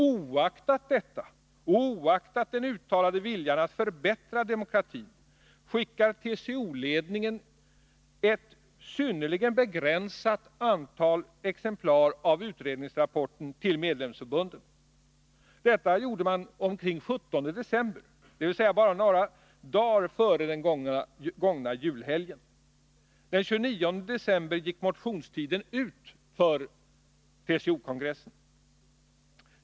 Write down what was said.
Oaktat detta och oaktat den uttalade viljan att förbättra demokratin, skickar TCO-ledningen ett synnerligen begränsat antal exemplar av utredningsrapporten till medlemsförbunden. Detta gjorde man omkring den 17 december, dvs. bara några dagar före den gångna julhelgen. Den 29 december gick motionstiden för TCO-kongressen ut.